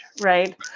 right